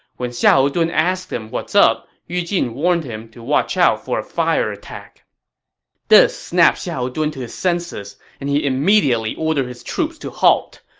when xiahou dun asked him what's up, yu jin warned him to watch out for a fire attack this snapped xiahou dun to his senses, and he immediately ordered his troops to stop.